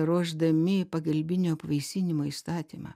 ruošdami pagalbinio apvaisinimo įstatymą